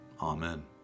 Amen